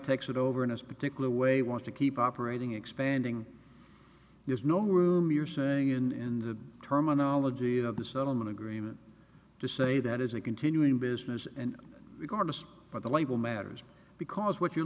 takes it over in his particular way want to keep operating expanding there's no room you're saying in the terminology of the settlement agreement to say that is a continuing business and regardless but the label matters because what you're